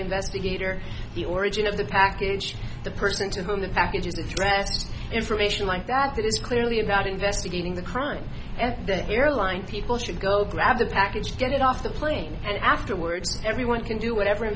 investigator the origin of the package the person to whom the package is addressed information like that that is clearly about investigating the crime and the airline people should go grab the package get it off the plane and afterwards everyone can do whatever